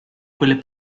quelle